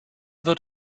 wird